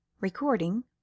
Recording